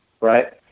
right